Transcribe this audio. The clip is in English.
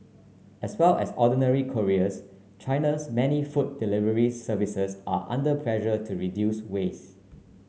as well as ordinary couriers China's many food delivery services are under pressure to reduce waste